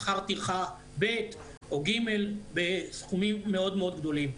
שכר טרחה ב' או ג' בסכומים מאוד מאוד גדולים.